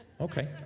Okay